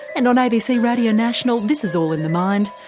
and on abc radio national this is all in the mind,